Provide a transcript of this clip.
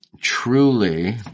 truly